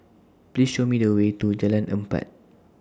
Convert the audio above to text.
Please Show Me The Way to Jalan Empat